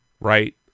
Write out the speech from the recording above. right